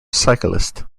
cyclist